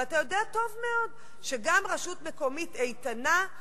ואתה יודע טוב מאוד שגם רשות מקומית איתנה,